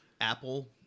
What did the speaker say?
Apple